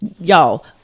Y'all